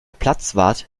platzwart